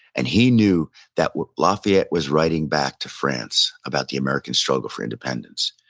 and he knew that what lafayette was writing back to france about the american struggle for independence,